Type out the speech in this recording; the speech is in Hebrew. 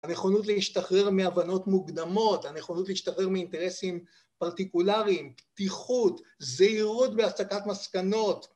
הנכונות להשתחרר מהבנות מוקדמות, הנכונות להשתחרר מאינטרסים פרטיקולריים, פתיחות, זהירות בהסקת מסקנות